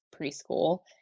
preschool